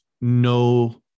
no